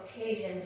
occasions